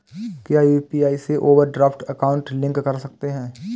क्या यू.पी.आई से overdraft account link कर सकते हैं?